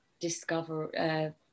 discover